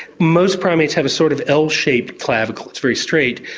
most primates have a sort of l-shaped clavicle, it's very straight,